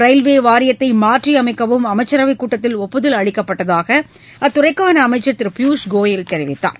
railway வாரியத்தை மாற்றி அமைக்கவும் அமைச்சரவை கூட்டத்தில் ஒப்புதல் அளிக்கப்பட்டதாக அத்துறைக்கான அமைச்சர் திரு பியூஷ் கோயல் தெரிவித்தார்